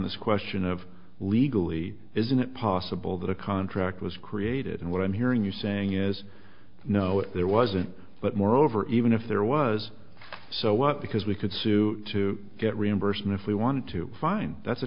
this question of legally isn't it possible that a contract was created and what i'm hearing you saying is no there wasn't but moreover even if there was so what because we could sue to get reimbursed if we wanted to find that